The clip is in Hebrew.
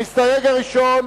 המסתייג הראשון,